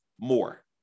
more